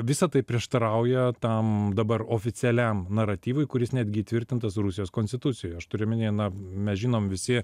visa tai prieštarauja tam dabar oficialiam naratyvui kuris netgi įtvirtintas rusijos konstitucijoj aš turiu omenyje na mes žinom visi